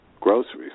groceries